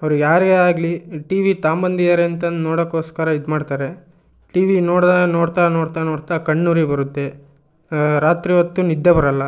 ಅವ್ರಿಗೆ ಯಾರಿಗೇ ಆಗಲಿ ಟಿ ವಿ ತಗಂಬಂದಿಯಾರೆ ಅಂತಂದ್ ನೋಡೋಕ್ಕೋಸ್ಕರ ಇದು ಮಾಡ್ತಾರೆ ಟಿ ವಿ ನೋಡ್ತಾ ನೋಡ್ತಾ ನೋಡ್ತಾ ನೋಡ್ತಾ ಕಣ್ಣುರಿ ಬರುತ್ತೆ ರಾತ್ರಿ ಹೊತ್ತು ನಿದ್ದೆ ಬರಲ್ಲ